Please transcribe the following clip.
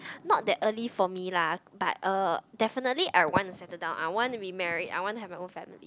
not that early for me lah but uh definitely I wanna settle down I wanna be married I wanna have my own family